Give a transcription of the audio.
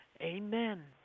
Amen